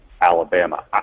Alabama